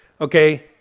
Okay